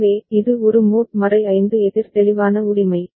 எனவே இது ஒரு மோட் 5 எதிர் தெளிவான உரிமை